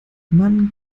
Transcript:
man